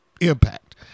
impact